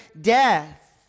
death